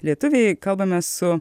lietuviai kalbame su